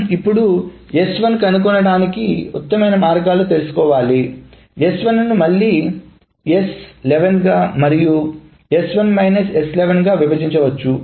మనం ఇప్పుడు S1 కనుక్కోవడానికి ఉత్తమమైన మార్గాలు తెలుసుకోవాలి S1 ను మళ్ళీ S11 మరియు గా విభజించవచ్చు